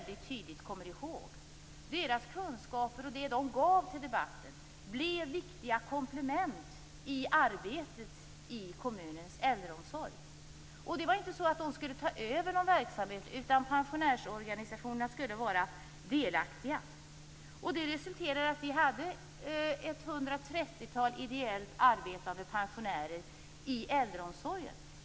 Deras kunskaper och det som de gav till debatten blev viktiga komplement i arbetet med kommunens äldreomsorg. Det var inte så att de skulle ta över någon verksamhet, utan pensionärsorganisationerna skulle vara delaktiga. Det resulterade i att vi fick ett hundratrettiotal ideellt arbetande pensionärer i äldreomsorgen.